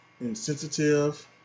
insensitive